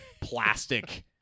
plastic